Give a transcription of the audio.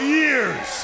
years